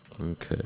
Okay